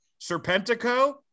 Serpentico